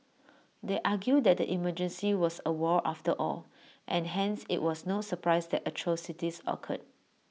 they argue that the emergency was A war after all and hence IT was no surprise that atrocities occurred